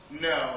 No